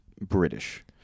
British